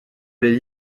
les